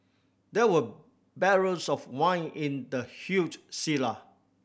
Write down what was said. there were barrels of wine in the huge cellar